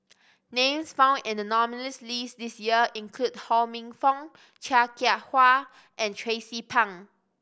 names found in the nominees' list this year include Ho Minfong Chia Kwek Fah and Tracie Pang